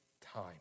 time